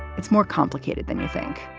it's more complicated than you think.